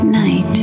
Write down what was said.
night